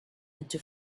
into